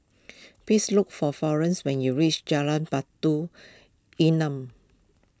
please look for Florence when you reach Jalan Batu Nilam